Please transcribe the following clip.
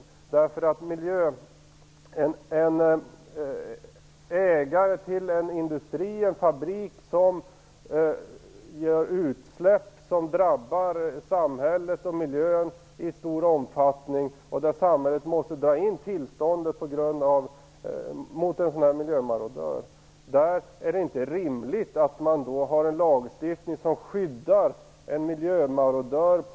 Vi tänker oss att en ägare låter en industri eller en fabrik göra utsläpp som drabbar samhället och miljön i stor omfattning. Om samhället då måste dra in tillståndet för en sådan mijömarodör är det inte rimligt att ha en lagstiftning som skyddar miljömarodören.